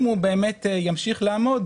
אם הוא באמת ימשיך לעמוד,